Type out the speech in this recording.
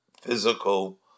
physical